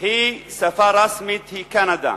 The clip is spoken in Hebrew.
היא שפה רשמית היא קנדה,